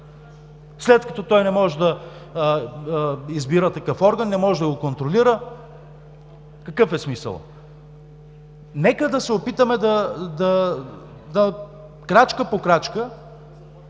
След като той не може да избира такъв орган, не може да го контролира, какъв е смисълът?! Нека да се опитаме крачка по крачка